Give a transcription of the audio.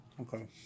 Okay